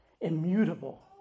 immutable